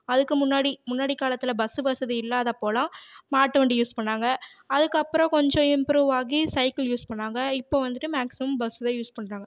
அதுக்கு முன்னாடி முன்னாடி காலத்தில் பஸ் வசதி இல்லாத அப்போலாம் மாட்டு வண்டி யூஸ் பண்ணிணாங்க அதுக்கு அப்பறம் கொஞ்சம் இம்ப்ரூவ் ஆகி சைக்கிள் யூஸ் பண்ணிணாங்க இப்போ வந்துட்டு மேக்சிமம் பஸ் தான் யூஸ் பண்ணுறாங்க